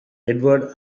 edward